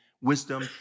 wisdom